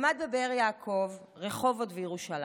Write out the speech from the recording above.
למד בבאר יעקב, רחובות וירושלים,